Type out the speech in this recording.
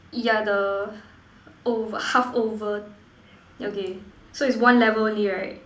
ya the oh half over okay so it's one level near right